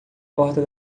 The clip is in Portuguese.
porta